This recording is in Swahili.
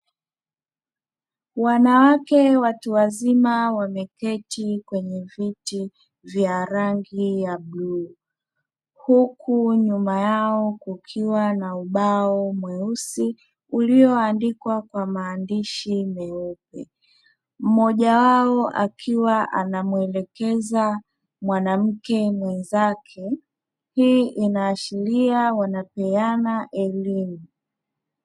Wanawake watu wazima wameketi kwenye viti vya rangi ya bluu, huku nyuma yao kukiwa na ubao mweusi ulioandikwa kwa maandishi meupe mmoja wao akiwa anamwelekeza mwanamke mwenzake hii inaashiria wanapeana elimu.